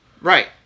Right